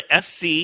SC